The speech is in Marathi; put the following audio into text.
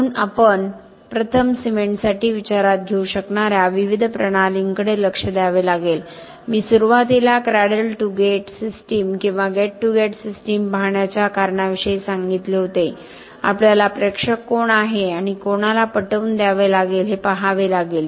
म्हणून आपण प्रथम सिमेंटसाठी विचारात घेऊ शकणाऱ्या विविध प्रणालींकडे लक्ष द्यावे लागेल मी सुरुवातीला क्रॅडल टू गेट सिस्टम किंवा गेट टू गेट सिस्टम पाहण्याच्या कारणाविषयी सांगितले होते आपल्याला प्रेक्षक कोण आहे आणि कोणाला पटवून द्यावे लागेल हे पहावे लागेल